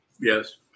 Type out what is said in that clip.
Yes